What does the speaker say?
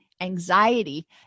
anxiety